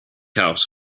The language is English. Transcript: out